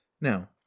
Now